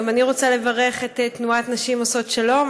גם אני רוצה לברך את תנועת נשים עושות שלום.